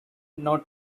not